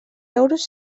euros